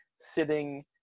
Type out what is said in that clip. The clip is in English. sitting